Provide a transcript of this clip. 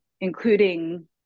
including